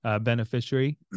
Beneficiary